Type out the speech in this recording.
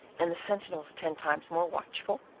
and the sentinels ten times more watchful?